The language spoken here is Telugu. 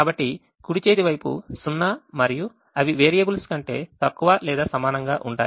కాబట్టి కుడి చేతి వైపు 0 మరియు అవి వేరియబుల్స్ కంటే తక్కువ లేదా సమానంగా ఉంటాయి